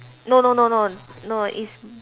no no no no no it's